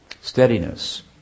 steadiness